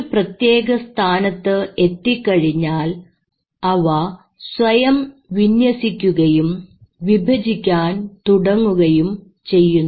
ഒരു പ്രത്യേക സ്ഥാനത്ത് എത്തിക്കഴിഞ്ഞാൽ അവ സ്വയം വിന്യസിക്കുകയും വിഭജിക്കാൻ തുടങ്ങുകയും ചെയ്യുന്നു